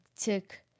took